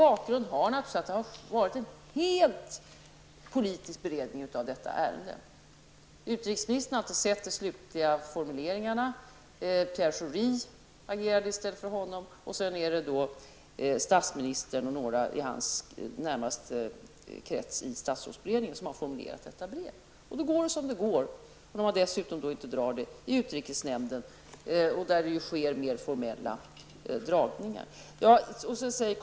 Bakgrunden är naturligtvis att det helt och hållet var en politisk beredning av ärendet. Utrikesministern hade inte sett det slutliga formuleringarna. Pierre Schori agerade i stället för honom. Brevet formulerades av statsministern och några personer i hans närmaste krets i statsrådsberedningen. Då går det som det går, om man dessutom inte föredrar brevet i utrikesnämnden på det formella sätt som man brukar göra där.